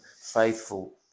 faithful